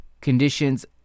conditions